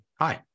hi